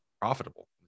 profitable